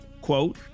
quote